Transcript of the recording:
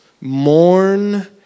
mourn